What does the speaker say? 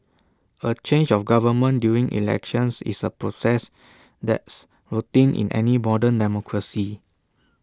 A change of government during elections is A process that's routine in any modern democracy